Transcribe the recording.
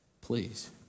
please